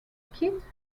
kit